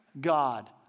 God